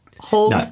Hold